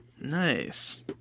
Nice